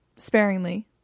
sparingly